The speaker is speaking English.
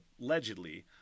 allegedly